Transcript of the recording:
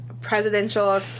Presidential